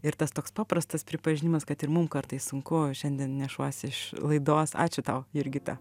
ir tas toks paprastas pripažinimas kad ir mum kartais sunku šiandien nešuosi iš laidos ačiū tau jurgita